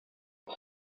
бул